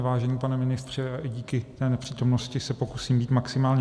Vážený pane ministře, i díky té nepřítomnosti se pokusím být maximálně stručný.